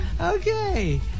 okay